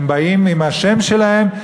הם באים עם השם שלהם.